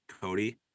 Cody